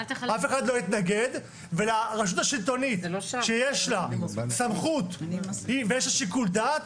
אף אחד לא יתנגד ולרשות השלטונית שיש לה סמכות ויש לה שיקול דעת,